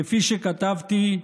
כפי שכתבתי,